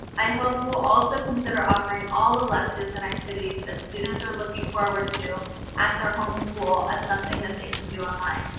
i hope you will also consider offering all electives and activities that students are looking forward to at their homeschool as something that they can do online.